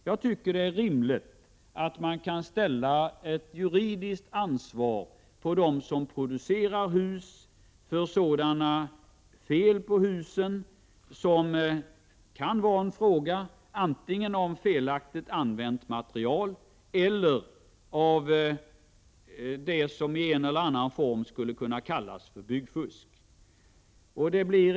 Jag tycker att det är rimligt att de som producerar hus tar ett juridiskt ansvar för fel på husen. Det kan antingen vara fråga om felaktigt använt material eller om det som i en eller annan form skulle kunna kallas för byggfusk.